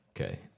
okay